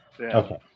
Okay